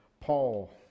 Paul